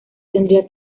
tendría